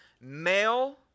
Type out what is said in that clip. male